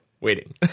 waiting